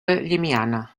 llimiana